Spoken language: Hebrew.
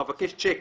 אבקש צ'ק